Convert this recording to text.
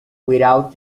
without